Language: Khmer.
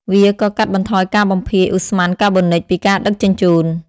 វាក៏កាត់បន្ថយការបំភាយឧស្ម័នកាបូនិចពីការដឹកជញ្ជូន។